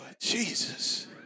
Jesus